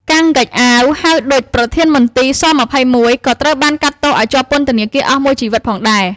កាំង ហ្គេកអ៊ាវ ហៅ ឌុច ប្រធានមន្ទីរស-២១ ក៏ត្រូវបានកាត់ទោសឱ្យជាប់ពន្ធនាគារអស់មួយជីវិតផងដែរ។